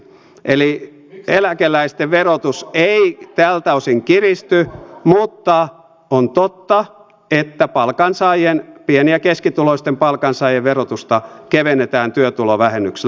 eli eläkeläisten verotus ei tältä osin kiristy mutta on totta että pieni ja keskituloisten palkansaajien verotusta kevennetään työtulovähennyksellä